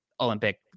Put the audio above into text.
Olympic